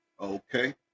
Okay